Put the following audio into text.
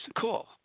Cool